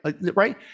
right